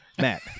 Matt